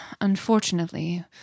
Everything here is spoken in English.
Unfortunately